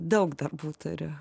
daug darbų turiu